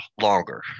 longer